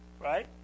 Right